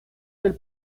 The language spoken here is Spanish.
del